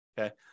Okay